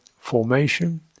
formation